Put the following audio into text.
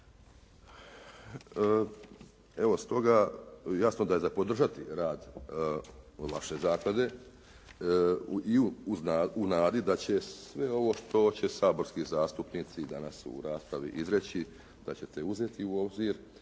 Evo, s toga jasno da je za podržati rad vaše zaklade i u nadi da će sve ovo što će saborski zastupnici danas u raspravi izreći da ćete uzeti u obzir